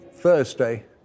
Thursday